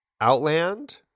Outland